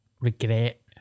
regret